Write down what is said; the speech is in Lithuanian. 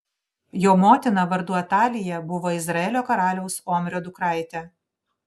jo motina vardu atalija buvo izraelio karaliaus omrio dukraitė